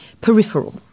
peripheral